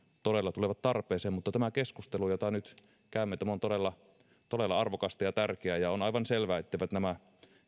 todella tulevat tarpeeseen mutta tämä keskustelu jota nyt käymme on todella arvokasta ja tärkeää ja on aivan selvää etteivät nämä